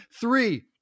Three